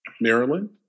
Maryland